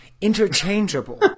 interchangeable